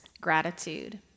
gratitude